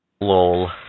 Lol